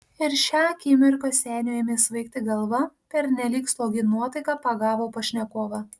ir šią akimirką seniui ėmė svaigti galva pernelyg slogi nuotaika pagavo pašnekovą